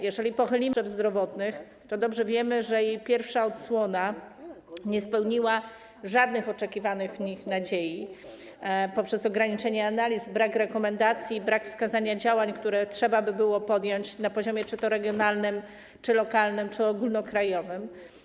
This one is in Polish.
Jeżeli pochylamy się choćby nad mapą potrzeb zdrowotnych, to dobrze wiemy, że jej pierwsza odsłona nie spełniła żadnych pokładanych w niej nadziei poprzez ograniczenia analiz, brak rekomendacji, brak wskazania działań, które trzeba by było podjąć na poziomie czy to regionalnym, czy lokalnym, czy ogólnokrajowym.